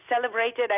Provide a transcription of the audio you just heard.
celebrated